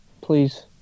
please